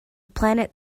planet